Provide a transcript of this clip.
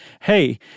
hey